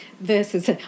versus